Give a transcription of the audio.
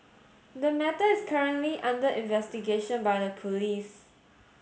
the matter is currently under investigation by the police